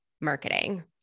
marketing